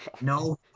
No